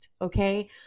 Okay